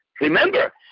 Remember